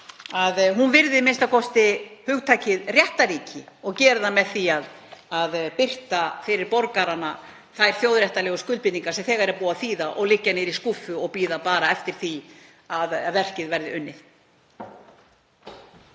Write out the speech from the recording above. að hún virði a.m.k. hugtakið réttarríki og geri það með því að birta fyrir borgarana þær þjóðréttarlegu skuldbindingar sem þegar er búið að þýða og liggja ofan í skúffu og bíða bara eftir því að verkið verði unnið.